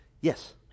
Yes